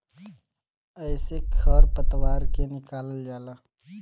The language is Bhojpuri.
एसे खर पतवार के निकालल जाला